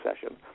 session